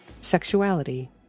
sexuality